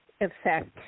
effect